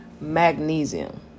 magnesium